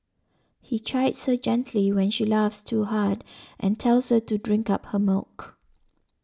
he chides her gently when she laughs too hard and tells her to drink up her milk